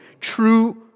true